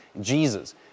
Jesus